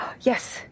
Yes